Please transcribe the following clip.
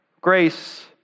grace